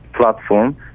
platform